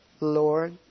Lord